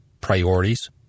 priorities